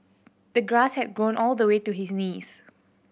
the grass had grown all the way to his knees